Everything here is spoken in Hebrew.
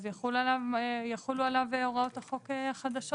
אז יחולו עליו הוראות החוק החדשות.